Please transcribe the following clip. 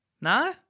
No